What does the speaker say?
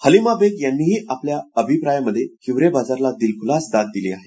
हलीमा बेग यांनीही आपल्या अभिप्रायामध्ये हिवरेबाजारला दिलखुलास दाद दिली आहे